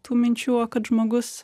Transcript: tų minčių o kad žmogus